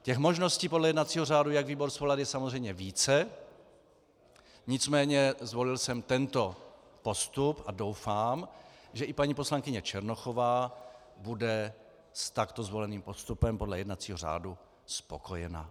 Těch možností podle jednacího řádu, jak výbor svolat, je samozřejmě více, nicméně zvolil jsem tento postup a doufám, že i paní poslankyně Černochová bude s takto zvoleným postupem podle jednacího řádu spokojena.